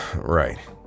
right